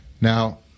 Now